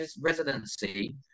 residency